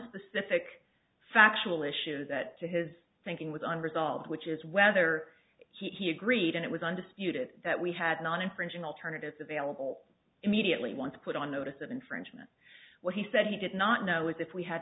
specific factual issues that to his thinking was unresolved which is whether he agreed and it was undisputed that we had not infringing alternatives available immediately want to put on notice of infringement what he said he did not know if we had